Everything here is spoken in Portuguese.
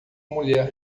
mulher